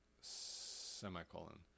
semicolon